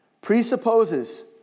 presupposes